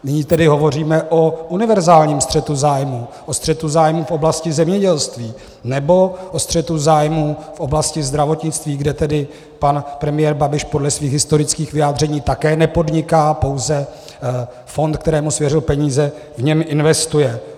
Nyní tedy hovoříme o univerzálním střetu zájmů, o střetu zájmů v oblasti zemědělství, nebo o střetu zájmů v oblasti zdravotnictví, kde tedy pan premiér Babiš podle svých historických vyjádření také nepodniká, pouze fond, kterému svěřil peníze, v něm investuje.